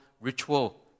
ritual